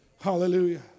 Hallelujah